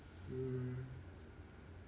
hmm